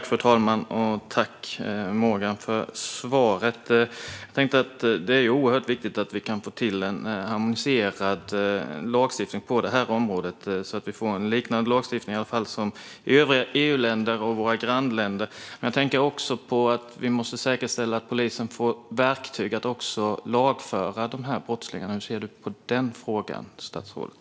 Fru talman! Tack, Morgan Johansson, för svaret! Det är oerhört viktigt att vi kan få till en harmoniserad lagstiftning på det här området så att vi får en liknande lagstiftning som övriga EU-länder och våra grannländer. Men jag tänker också att vi måste säkerställa att polisen får verktyg att lagföra de här brottslingarna. Hur ser statsrådet på den frågan?